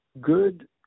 good